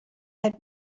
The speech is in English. had